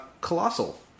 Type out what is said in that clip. Colossal